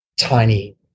tiny